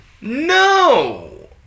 No